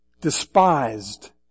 despised